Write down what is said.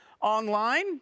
online